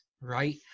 right